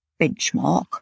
benchmark